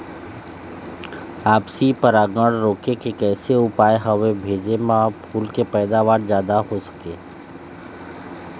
आपसी परागण रोके के कैसे उपाय हवे भेजे मा फूल के पैदावार जादा हों सके?